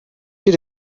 you